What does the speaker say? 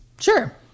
Sure